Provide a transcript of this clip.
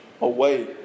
away